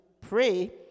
pray